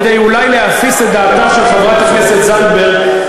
כדי אולי להפיס את דעתה של חברת הכנסת זנדברג,